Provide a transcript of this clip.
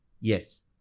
Yes